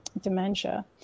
dementia